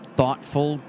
thoughtful